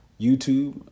YouTube